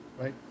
right